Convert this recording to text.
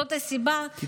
זאת הסיבה, כי